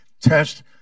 test